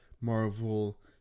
Marvel